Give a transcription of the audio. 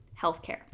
healthcare